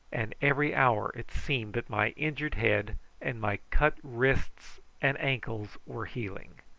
and every hour it seemed that my injured head and my cut wrists and ankles were healing.